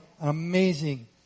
amazing